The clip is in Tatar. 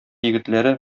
егетләре